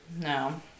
No